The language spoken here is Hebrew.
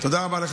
בשעה טובה,